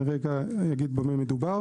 במה מדובר